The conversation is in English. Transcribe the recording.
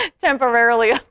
temporarily